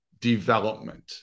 development